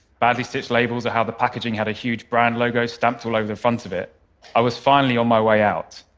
badly stitched labels or how the packaging had a huge brand logo stamped all over the front of it i was finally on my way out,